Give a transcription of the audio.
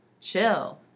chill